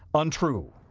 untrue.